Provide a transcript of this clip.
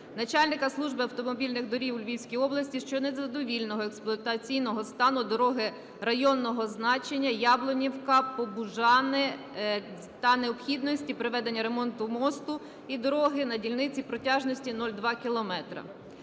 начальника Служби автомобільних доріг у Львівській області щодо незадовільного експлуатаційного стану дороги районного значення Яблунівка-Побужани та необхідності проведення ремонту мосту і дороги на ділянці протяжністю 0,2 км.